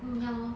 mm ya lor